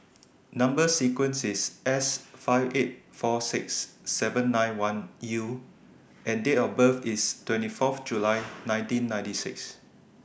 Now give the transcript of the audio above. Number sequence IS S five eight four six seven nine one U and Date of birth IS twenty Fourth July nineteen ninety six